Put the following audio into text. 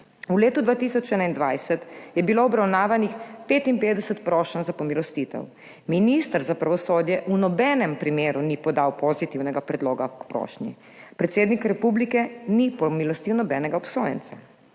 V letu 2021 je bilo obravnavanih 55 prošenj za pomilostitev. Minister za pravosodje v nobenem primeru ni podal pozitivnega predloga k prošnji. Predsednik republike ni pomilostil nobenega obsojenca.